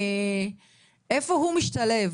איפה הוא משתלב,